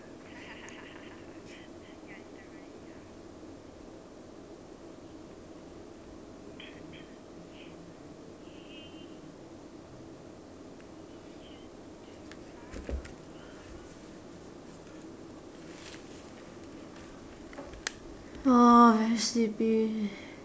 oh very sleepy